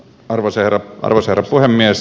arvoisa herra puhemies